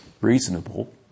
reasonable